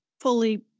fully